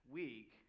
week